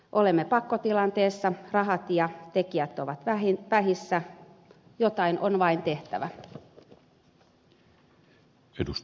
olemme pakkotilanteessa rahat ja tekijät ovat vähissä jotain on vain tehtävä